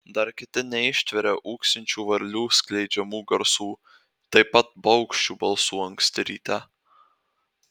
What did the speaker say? dar kiti neištveria ūksinčių varlių skleidžiamų garsų taip pat paukščių balsų anksti ryte